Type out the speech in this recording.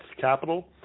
capital